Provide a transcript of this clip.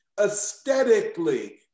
aesthetically